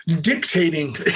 dictating